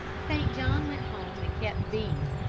st. john went home and kept bees,